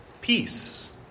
Peace